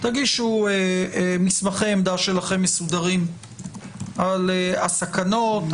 תגישו מסמכי עמדה שלכם מסודרים על הסכנות,